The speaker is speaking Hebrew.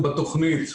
אנחנו בתוכנית,